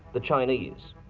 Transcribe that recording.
the chinese.